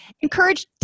Encourage